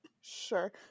Sure